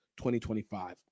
2025